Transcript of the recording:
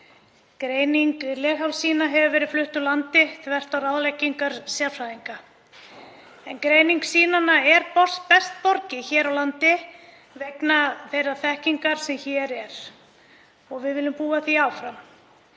Greining leghálssýna hefur verið flutt úr landi þvert á ráðleggingar sérfræðinga. Greiningu sýnanna er best borgið hér á landi vegna þeirrar þekkingar sem hér er og við viljum búa að því áfram.